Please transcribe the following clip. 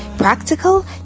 Practical